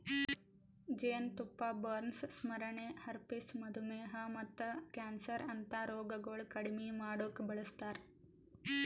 ಜೇನತುಪ್ಪ ಬರ್ನ್ಸ್, ಸ್ಮರಣೆ, ಹರ್ಪಿಸ್, ಮಧುಮೇಹ ಮತ್ತ ಕ್ಯಾನ್ಸರ್ ಅಂತಾ ರೋಗಗೊಳ್ ಕಡಿಮಿ ಮಾಡುಕ್ ಬಳಸ್ತಾರ್